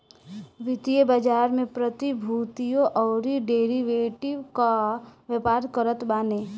वित्तीय बाजार में प्रतिभूतियों अउरी डेरिवेटिव कअ व्यापार करत बाने